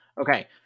okay